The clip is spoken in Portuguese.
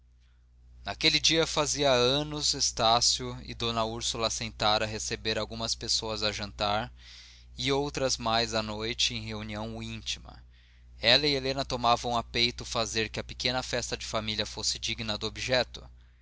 naquele dia fazia anos estácio e d úrsula assentara receber algumas pessoas a jantar e outras mais à noite em reunião íntima ela e helena tomavam a peito fazer que a pequena festa de família fosse digna do objeto